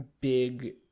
big